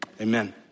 amen